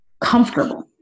comfortable